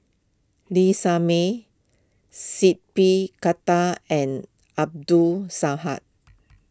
Lee Shermay seat P Khattar and Abdul Saha